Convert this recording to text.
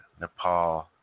Nepal